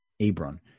Ebron